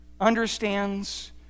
understands